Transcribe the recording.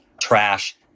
trash